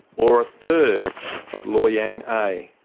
or a third of loy yang a.